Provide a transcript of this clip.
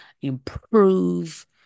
improve